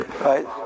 right